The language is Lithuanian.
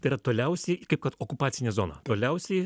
tai yra toliausiai kaip kad okupacinė zona toliausiai